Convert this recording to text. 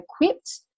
equipped